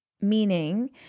Meaning